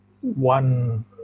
one